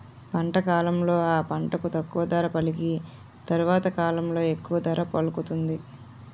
పంట కాలంలో ఆ పంటకు తక్కువ ధర పలికి తరవాత కాలంలో ఎక్కువ ధర పలుకుతుంది